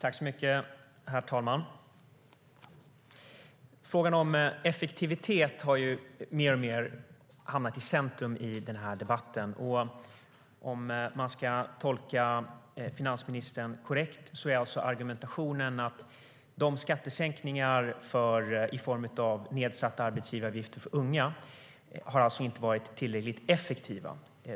Herr talman! Frågan om effektivitet har mer och mer hamnat i centrum i den här debatten. Ska man tolka finansministern korrekt är argumentationen alltså att skattesänkningarna i form av nedsatta arbetsgivaravgifter för unga inte har varit tillräckligt effektiva.